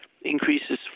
increases